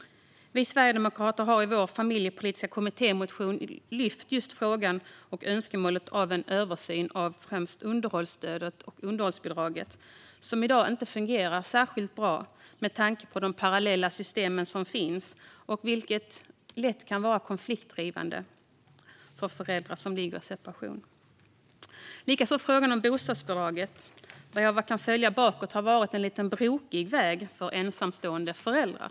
Vi sverigedemokrater har i vår familjepolitiska kommittémotion lyft fram just frågan och önskemålet om en översyn av främst underhållsstödet och underhållsbidraget, som i dag inte fungerar särskilt bra med tanke på de parallella system som finns, vilket lätt kan vara konfliktdrivande för föräldrar som är i separation. Likaså lyfter vi fram frågan om bostadsbidraget, där det vad jag kan följa bakåt har varit en lite brokig väg för ensamstående föräldrar.